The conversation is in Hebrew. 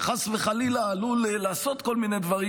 שחס וחלילה עלול לעשות כל מיני דברים,